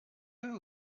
eux